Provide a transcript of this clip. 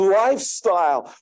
lifestyle